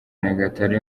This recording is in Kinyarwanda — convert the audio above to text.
nyagatare